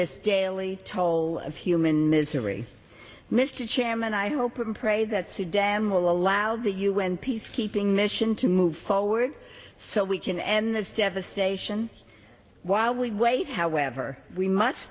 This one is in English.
this daily toll of human misery mr chairman i hope and pray that sudan will allow the un peacekeeping mission to move forward so we can end this devastation while we wait however we must